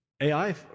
ai